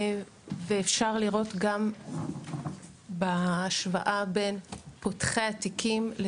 ואפשר לראות גם בהשוואה בין פותחי התיקים,